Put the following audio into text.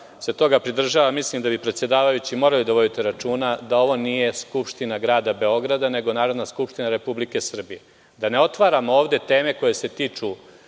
se toga pridržava, mislim da vi predsedavajući morate da vodite računa da ovo nije skupština grada Beograda, nego Narodna skupština Republike Srbije. Da ne otvaramo ovde teme koje se tiču